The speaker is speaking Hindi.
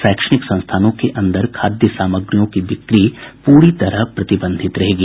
शैक्षणिक संस्थानों के अंदर खाद्य सामग्रियों की बिक्री पूरी तरह प्रतिबंधित रहेगी